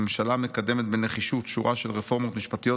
הממשלה מקדמת בנחישות שורה של רפורמות משפטיות